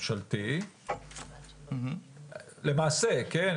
ממשלתי, למעשה, כן?